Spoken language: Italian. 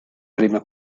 prime